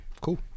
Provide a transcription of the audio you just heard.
cool